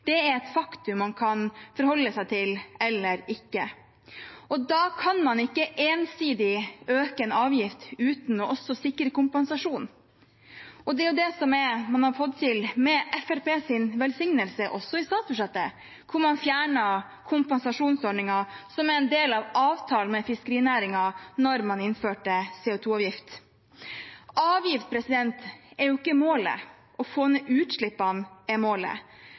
Det er et faktum man kan forholde seg til eller ikke. Da kan man ikke ensidig øke en avgift uten også å sikre kompensasjon. Det er det man har fått til med Fremskrittspartiets velsignelse også i statsbudsjettet, der man fjernet kompensasjonsordningen som en del av avtalen med fiskerinæringen da man innførte CO 2 -avgift. Avgift er jo ikke målet. Å få ned utslippene er målet.